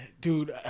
dude